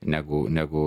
negu negu